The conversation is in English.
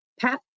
Pat